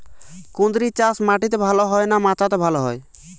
কুঁদরি চাষ মাটিতে ভালো হয় না মাচাতে ভালো হয়?